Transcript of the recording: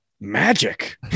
magic